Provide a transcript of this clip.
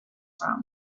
from